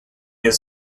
has